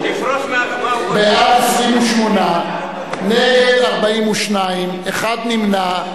בעד, 28, נגד, 42, אחד נמנע.